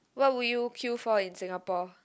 what would you queue for in Singapore